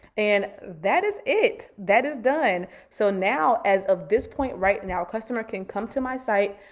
and that is it. that is done. so now, as of this point right now customer can come to my site.